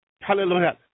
Hallelujah